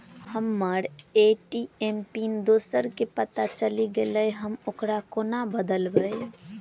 हम्मर ATM PIN दोसर केँ पत्ता चलि गेलै, हम ओकरा कोना बदलबै?